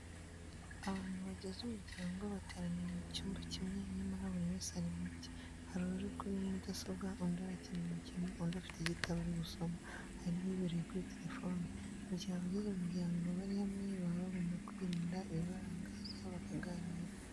Abantu bagize umuryango bateraniye mu cyumba kimwe nyamara buri wese ari mu bye, hari uri kuri mudasobwa, undi arakina imikino, undi afite igitabo ari gusoma, hari n'uwibereye kuri telefoni. Mu gihe abagize umuryango bari hamwe baba bagomba kwirinda ibibarangaza bakaganira.